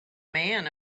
man